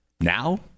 Now